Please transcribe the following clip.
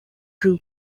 drew